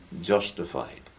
justified